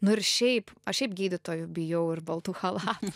nu ir šiaip aš šiaip gydytojų bijau ir baltų chalat